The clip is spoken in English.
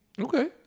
Okay